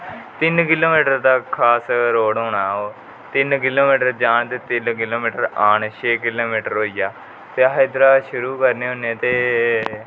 तिन kilometre दा खास रौड होना ओह् तिन किलो मिटर जान ते तिन किलो मिटर आन छै किलोमिटर होई गया ते अस इधर शुरु करने होने ते